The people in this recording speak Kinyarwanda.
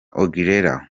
aguilera